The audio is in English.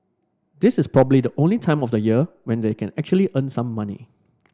this is probably the only time of the year when they can actually earn some money